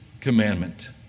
commandment